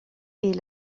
est